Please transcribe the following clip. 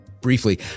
Briefly